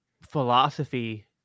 philosophy